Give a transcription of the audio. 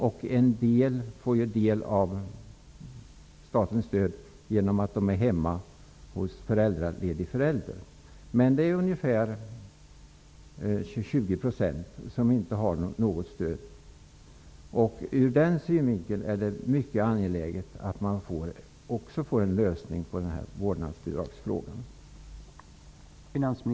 En del familjer får del av statens stöd genom att en förälder är föräldraledig. Men ungefär 20 % har inte något stöd. Också ur den synvinkeln är det mycket angeläget att man får en lösning på vårdnadsbidragsfrågan.